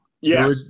Yes